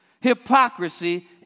hypocrisy